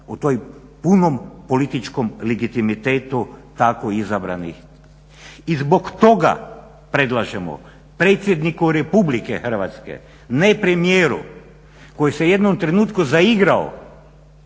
o toj punom političkom legitimitetu tako izabranih. I zbog toga predlažemo predsjedniku RH ,ne premijeru koji se u jednom trenutku zaigrao